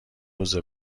روز